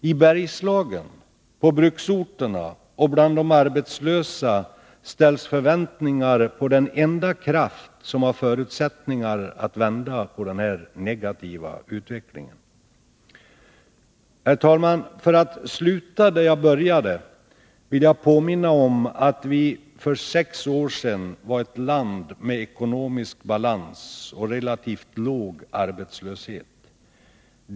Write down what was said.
I Bergslagen, på bruksorterna och bland de arbetslösa ställs förväntningar på den enda kraft som har förutsättningar att vända på den negativa utvecklingen. Herr talman! För att sluta där jag började, vill jag påminna om att Sverige för sex år sedan var ett land med ekonomisk balans och relativt låg arbetslöshet.